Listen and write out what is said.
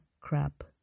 crap